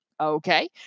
okay